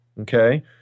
okay